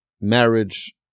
marriage